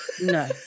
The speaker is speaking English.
no